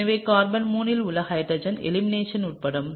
எனவே கார்பன் 3 இல் உள்ள ஹைட்ரஜன் எலிமினேஷன் உட்படும்